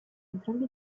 entrambi